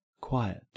Quiet